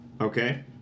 Okay